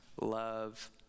love